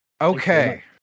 okay